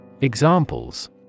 Examples